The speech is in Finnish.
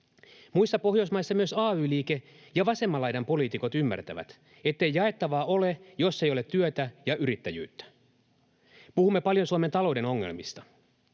Muissa Pohjoismaissa myös ay-liike ja vasemman laidan poliitikot ymmärtävät, ettei jaettavaa ole, jos ei ole työtä ja yrittäjyyttä. Puhumme paljon Suomen talouden ongelmista.